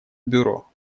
бюро